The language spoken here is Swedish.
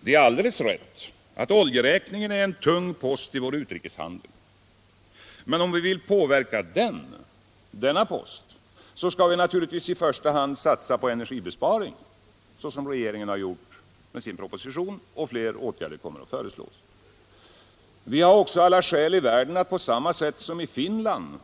Det är alldeles riktigt att oljeräkningen är en tung post i vår utrikeshandel. Men om vi vill påverka denna post skall vi naturligtvis i första hand satsa på energibesparing. Det har regeringen gjort i sin proposition, och fler åtgärder i den riktningen kommer att föreslås. Vi har också alla skäl i världen att på samma sätt som man gjort i Finland